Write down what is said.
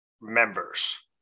members